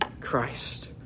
Christ